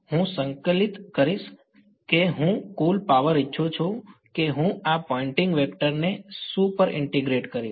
હું સંકલિત કરીશ કે હું કુલ પાવર ઇચ્છું છું કે હું આ પોઇંટિંગ વેક્ટર ને શું પર ઇન્ટીગ્રેટ કરીશ